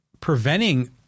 preventing